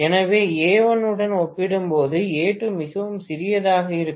எனவே A1 உடன் ஒப்பிடும்போது A2 மிகவும் சிறியதாக இருக்கும்